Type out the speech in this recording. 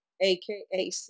aka